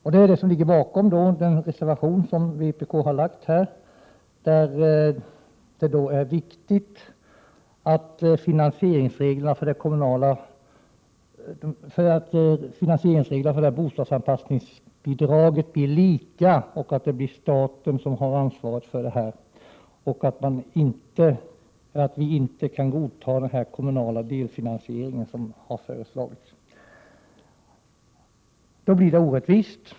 Detta är bakgrunden till vpk:s reservation i detta sammanhang. Det är alltså viktigt att finansieringsreglerna för bostadsanpassningsbidraget blir lika och att det blir staten som har ansvaret för dessa saker. Vidare kan vi inte godta den kommunala delfinansiering som har föreslagits, eftersom det skulle innebära en orättvisa.